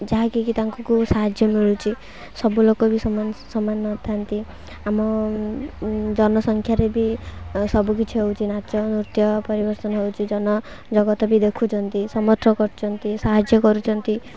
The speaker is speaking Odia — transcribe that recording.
ଯାହାକି କି ତାଙ୍କୁ ସାହାଯ୍ୟ ମିଳୁଛି ସବୁ ଲୋକ ବି ସମାନ ନଥାନ୍ତି ଆମ ଜନସଂଖ୍ୟାରେ ବି ସବୁକିଛି ହେଉଛି ନାଚ ନୃତ୍ୟ ପରିବର୍ତ୍ତନ ହେଉଛି ଜନଜଗତ ବି ଦେଖୁଛନ୍ତି ସମର୍ଥନ କରୁଛନ୍ତି ସାହାଯ୍ୟ କରୁଛନ୍ତି